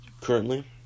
currently